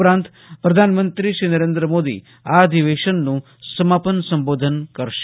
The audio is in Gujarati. ઉપરાંત પ્રધાનમંત્રી નરેન્દ્ર મોદી આ અધિવેશનનું સમાપન સંબોધન કરશે